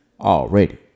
already